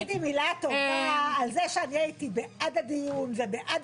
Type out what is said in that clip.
אולי תגידי מילה טובה על זה שאני הייתי בעד הדיון ובעד